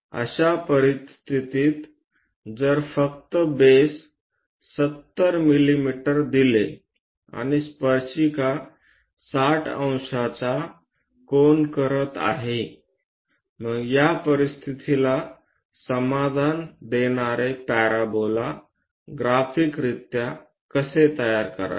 अशा परिस्थितीत जर फक्त बेस 70 मिमी दिले आणि स्पर्शिका 600 चा कोन करत आहे मग या परिस्थितीला समाधान देणारे पॅराबोला ग्राफिकरित्या कसे तयार करावे